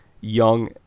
young